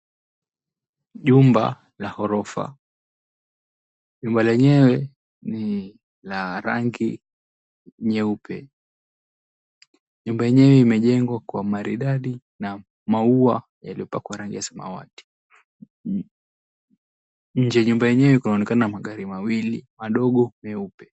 Jumba la ghorofa. Jumba lenyewe ni la rangi nyeupe. Nyumba yenyewe imejengwa kwa maridadi na maua yaliyopakwa rangi ya samawati. Nje ya nyumba yenyewe kunaonekana magari mawili madogo meupe.